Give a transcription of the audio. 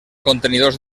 contenidors